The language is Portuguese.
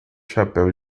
chapéu